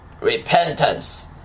repentance